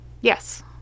Yes